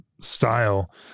style